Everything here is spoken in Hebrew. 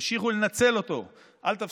תמשיכו לנצל אותו, אל תפסיקו.